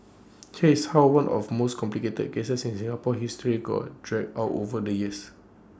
here is how one of most complicated cases in Singapore's history got dragged out over the years